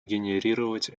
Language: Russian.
генерировать